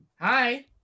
Hi